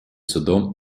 судом